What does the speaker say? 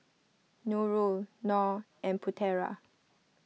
Nurul Nor and Putera